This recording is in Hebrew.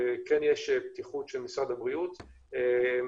כן יש פתיחות של משרד הבריאות להיפתח.